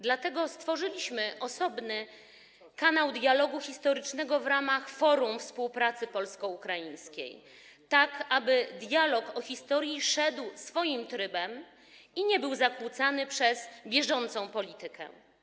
Dlatego stworzyliśmy osobny kanał dialogu historycznego w ramach forum współpracy polsko-ukraińskiej, tak aby dialog o historii szedł swoim trybem i nie był zakłócany przez bieżącą politykę.